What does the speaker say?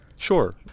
Sure